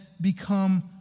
become